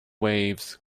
waves